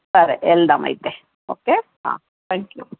సరే వెళ్దాం అయితే ఓకే త్యాంక్ యూ